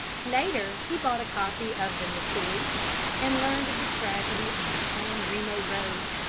later he bought a copy of the nicoise and learnt of the tragedy on the san remo road.